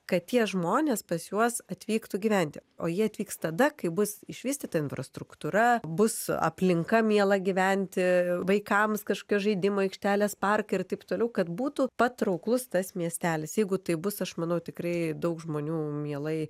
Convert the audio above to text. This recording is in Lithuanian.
kad tie žmonės pas juos atvyktų gyventi o jie atvyks tada kai bus išvystyta infrastruktūra bus aplinka miela gyventi vaikams kažkokios žaidimų aikštelės parkai ir taip toliau kad būtų patrauklus tas miestelis jeigu taip bus aš manau tikrai daug žmonių mielai